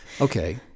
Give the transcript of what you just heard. Okay